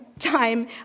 Time